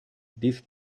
this